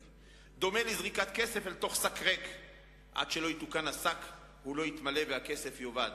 דומה לזריקת כסף אל תוך שק ריק שעד שלא יתוקן הוא לא יתמלא והכסף יאבד.